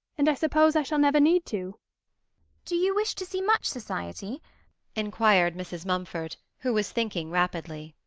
and i suppose i shall never need to do you wish to see much society inquired mrs. mumford, who was thinking rapidly,